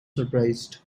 surprised